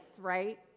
right